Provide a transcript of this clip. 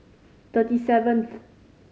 thirty seventh